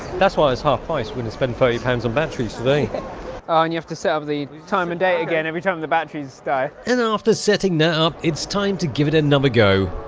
that's why it's half ice wouldn't spend thirty pounds on batteries today oh and you have to serve the time of and day again. every time the batteries die in after setting them up it's time to give it another go